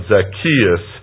Zacchaeus